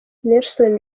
nelson